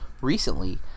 recently